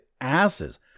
asses